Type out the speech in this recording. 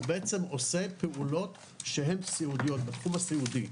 הוא בעצם עושה פעולות בתחום הסיעודי.